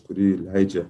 kuri leidžia